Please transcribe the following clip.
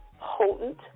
potent